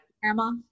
grandma